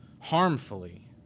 harmfully